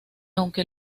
aunque